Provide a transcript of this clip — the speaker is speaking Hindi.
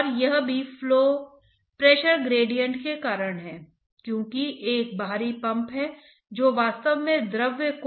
और आपको x और y के कार्य के रूप में वेलोसिटी प्रोफाइल की आवश्यकता है